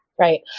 right